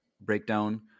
breakdown